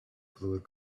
fluid